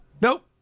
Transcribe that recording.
Nope